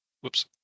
Whoops